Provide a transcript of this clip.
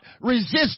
Resist